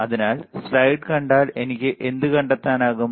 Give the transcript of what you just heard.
അതിനാൽ സ്ലൈഡ് കണ്ടാൽ എനിക്ക് എന്ത് കണ്ടെത്താനാകും